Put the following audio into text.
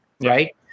Right